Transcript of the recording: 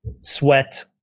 sweat